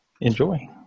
Enjoy